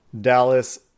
Dallas